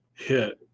Hit